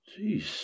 Jeez